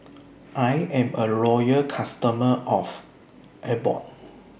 I Am A Loyal customer of Abbott